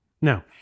Now